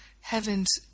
heaven's